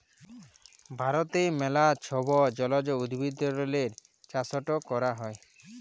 ভারতে ম্যালা ছব জলজ উদ্ভিদেরলে চাষট ক্যরা হ্যয়